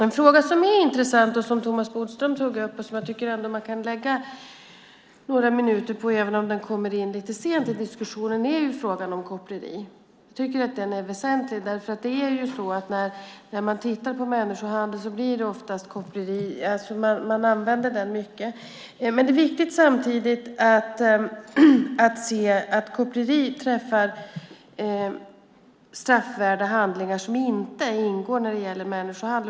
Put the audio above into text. En fråga som är intressant är den som Thomas Bodström tog upp och som jag tycker att man kan lägga några minuter på, även om den kommer in lite sent i diskussionen. Det är frågan om koppleri. Jag tycker att den är väsentlig. Människohandel blir ofta koppleri. Det är samtidigt viktigt att se att koppleri träffar straffvärda handlingar som inte ingår när det gäller människohandel.